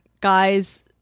guy's